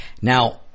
now